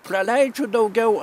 praleidžiu daugiau